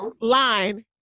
Line